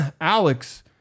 Alex